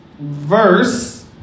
verse